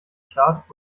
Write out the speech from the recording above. staat